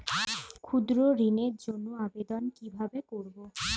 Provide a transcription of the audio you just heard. ক্ষুদ্র ঋণের জন্য আবেদন কিভাবে করব?